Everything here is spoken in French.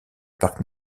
parc